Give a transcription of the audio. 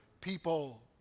people